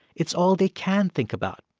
it's all they can think about.